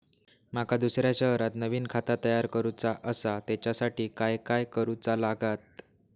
माका दुसऱ्या शहरात नवीन खाता तयार करूचा असा त्याच्यासाठी काय काय करू चा लागात?